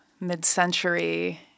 mid-century